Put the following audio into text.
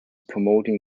promoting